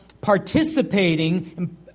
participating